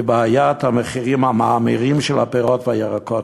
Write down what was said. בעיית המחירים המאמירים של הפירות והירקות,